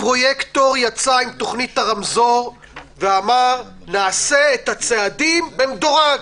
הפרויקטור יצא עם תוכנית הרמזור ואמר: נעשה את הצעדים במדורג.